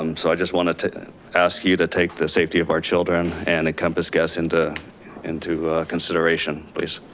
um so i just wanted to ask you to take the safety of our children and encompass guests into into consideration please.